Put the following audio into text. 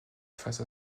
face